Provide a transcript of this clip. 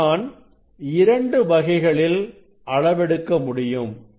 இங்கே நான் இரண்டு வகைகளில் அளவெடுக்க முடியும்